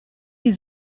die